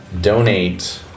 donate